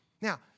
Now